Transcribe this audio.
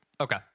Okay